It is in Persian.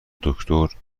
دکتر